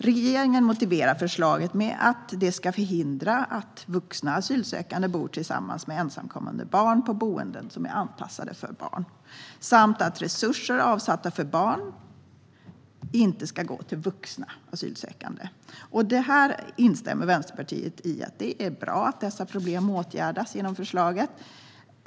Regeringen motiverar förslaget med att detta ska förhindra att vuxna asylsökande bor tillsammans med ensamkommande barn på boenden som är anpassade för barn och att resurser avsatta för barn inte ska gå till vuxna asylsökande. Vänsterpartiet instämmer i att det är bra att dessa problem åtgärdas genom förslaget.